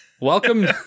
welcome